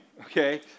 okay